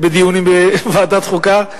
בדיונים בוועדת חוקה.